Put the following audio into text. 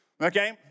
okay